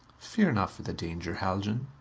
fear not for the danger, haljan.